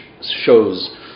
shows